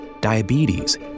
diabetes